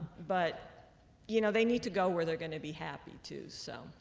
but you know they need to go where they're going to be happy too so